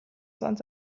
sand